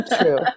True